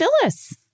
Phyllis